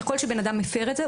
ככל שאדם הפר זאת,